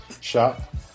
shop